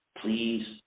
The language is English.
please